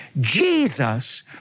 Jesus